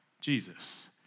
Jesus